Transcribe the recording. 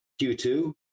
q2